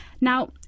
Now